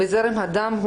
בזרם הדם,